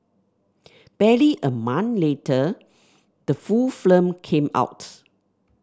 barely a month later the full film came out